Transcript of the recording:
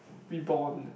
be born